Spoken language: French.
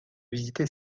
visiter